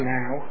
now